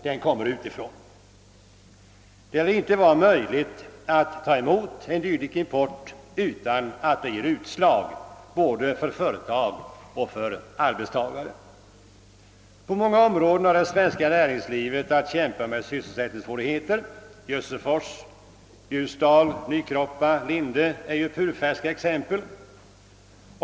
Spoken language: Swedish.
Det lär inte vara möjligt att ta emot en dylik import utan att det ger utslag både för företag och för arbetstagare. På många områden har det svenska näringslivet att kämpa med sysselsättningssvårigheter. Jössefors, Ljusdal, Nykroppa och Linde är purfärska exempel.